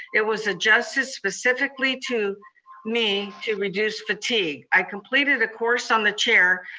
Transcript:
it was adjusted specifically to me to reduce fatigue. i completed a course on the chair,